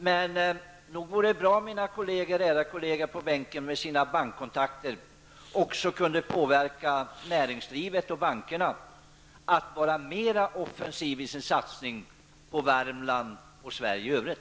Men nog vore det bra om mina ärade bänkkolleger med sina bankkontakter också kunde påverka näringslivet och bankerna att vara mera offensiva i sina satsningar på Värmland och Sverige i övrigt.